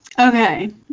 okay